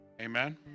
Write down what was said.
Amen